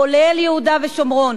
כולל יהודה ושומרון,